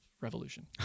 revolution